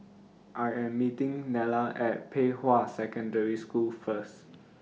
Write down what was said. I Am meeting Nella At Pei Hwa Secondary School First